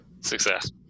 success